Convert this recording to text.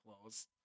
close